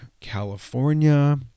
California